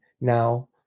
now